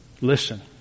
listen